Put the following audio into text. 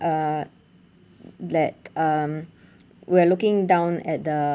uh that um we're looking down at the